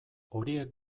horiek